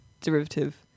derivative